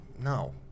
No